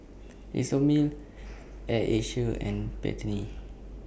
Isomil Air Asia and Pantene